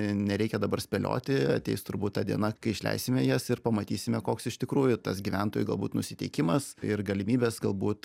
nereikia dabar spėlioti ateis turbūt ta diena kai išleisime jas ir pamatysime koks iš tikrųjų tas gyventojų galbūt nusiteikimas ir galimybės galbūt